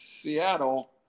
Seattle